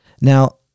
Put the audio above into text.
Now